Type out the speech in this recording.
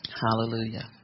Hallelujah